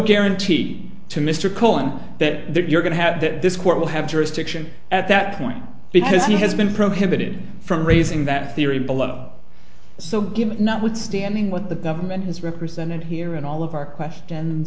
guaranteed to mr cohen that they're going to have that this court will have jurisdiction at that point because he has been prohibited from raising that theory below so given not withstanding what the government has represented here and all of our question